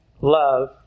love